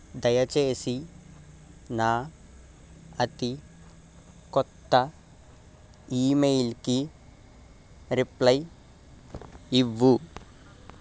దయచేసి నా అతి కొత్త ఇమెయిల్కి రిప్లయ్ ఇవ్వు